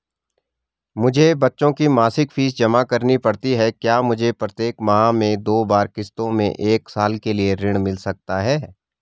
मुझे बच्चों की मासिक फीस जमा करनी पड़ती है क्या मुझे प्रत्येक माह में दो बार किश्तों में एक साल के लिए ऋण मिल सकता है?